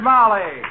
Molly